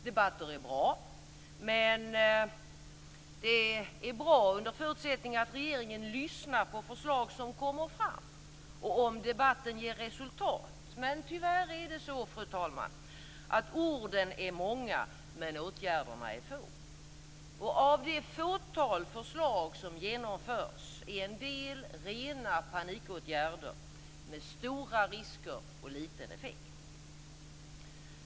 Debatter är bra, men under förutsättning att regeringen lyssnar på förslag som kommer fram och om debatten ger resultat. Men tyvärr är det så, fru talman, att orden är många men åtgärderna är få. Av det fåtal förslag som genomförs är en del rena panikåtgärder med stora risker och liten effekt.